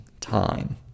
time